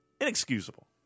inexcusable